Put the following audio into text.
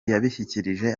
yabishikirije